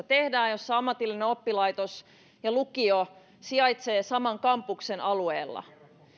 tehdään ja missä ammatillinen oppilaitos ja lukio sijaitsevat saman kampuksen alueella